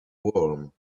worm